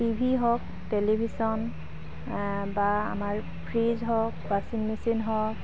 T V হওক টেলিভিশ্বন বা আমাৰ ফ্ৰিজ হওক ৱাশ্বিং মেচিন হওক